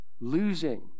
Losing